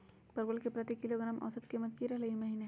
परवल के प्रति किलोग्राम औसत कीमत की रहलई र ई महीने?